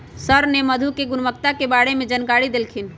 sir ने मधु के गुणवत्ता के बारे में जानकारी देल खिन